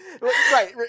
right